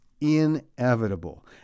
inevitable